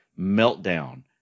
meltdown